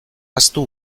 ahaztu